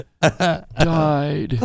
died